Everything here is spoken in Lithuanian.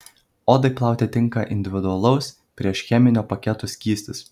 odai plauti tinka individualaus priešcheminio paketo skystis